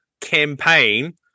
campaign